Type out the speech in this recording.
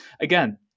again